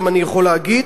גם אני יכול להגיד,